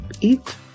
eat